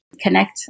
connect